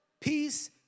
peace